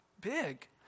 big